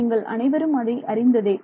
மாணவர் நீங்கள் அனைவரும் அதை அறிந்ததே